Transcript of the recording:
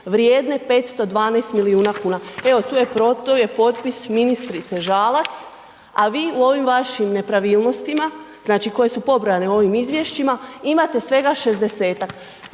vrijedne 512 milijuna kuna, evo tu je potpis ministrice Žalac, a vi u ovim vašim nepravilnostima, znači koje su pobrojane u ovim izvješćima, imate svega 60-tak,